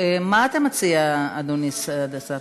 מה אתה מציע, אדוני השר?